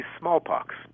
smallpox